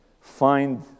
find